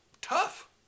tough